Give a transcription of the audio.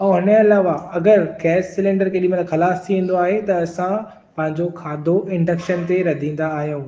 ऐं हिन जे अलावा अगरि गैस सिलेंडर केडी॒ महिल ख़लासु थी वेंदो आहे त असां पांहिंजो खाधो इंडक्शन ते रधींदा आहियूं